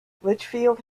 litchfield